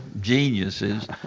geniuses